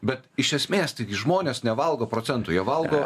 bet iš esmės tai gi žmonės nevalgo procentų jie valgo